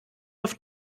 auf